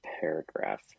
paragraph